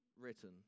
written